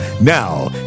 Now